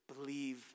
Believe